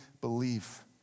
believe